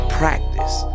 practice